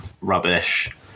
rubbish